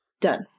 Done